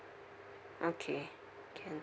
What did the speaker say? okay can